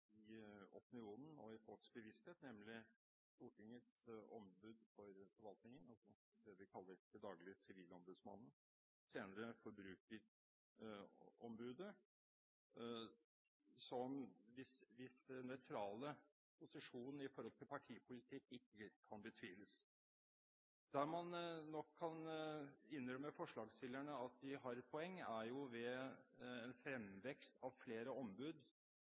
i opinionen og i folks bevissthet – nemlig Stortingets ombudsmann for forvaltningen, altså det vi kaller til daglig sivilombudsmannen – og senere forbrukerombudet, hvis nøytrale posisjon i forhold til partipolitikk ikke kan betviles. Der man nok kan innrømme forslagsstillerne at de har et poeng, er jo ved en fremvekst av flere ombud